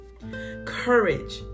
courage